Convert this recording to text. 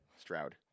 Stroud